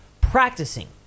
practicing